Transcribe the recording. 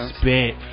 spit